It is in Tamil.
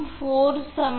எனவே இது 1